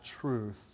truth